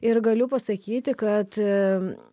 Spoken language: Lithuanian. ir galiu pasakyti kad